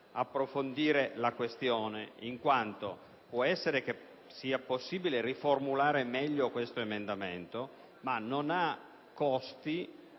approfondire la questione in quanto può essere possibile riformulare meglio questo emendamento, che non ha costi